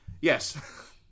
Yes